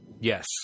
Yes